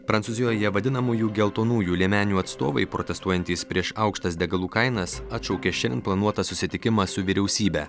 prancūzijoje vadinamųjų geltonųjų liemenių atstovai protestuojantys prieš aukštas degalų kainas atšaukė šiandien planuotą susitikimą su vyriausybe